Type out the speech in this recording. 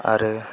आरो